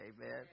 Amen